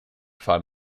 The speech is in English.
fought